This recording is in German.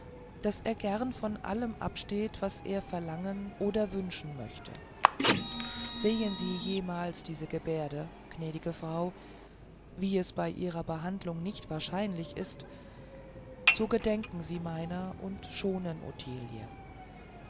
daß er gern von allem absteht was er verlangen oder wünschen möchte sehen sie jemals diese gebärde gnädige frau wie es bei ihrer behandlung nicht wahrscheinlich ist so gedenken sie meiner und schonen